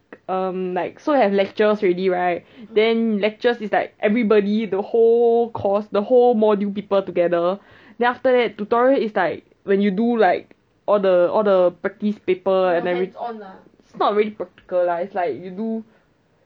um like so have lectures already right then lectures it's like everybody the whole course the whole module people together then after that tutorial is like when you do like all the all the practice paper and everything it's not really practical it's like you do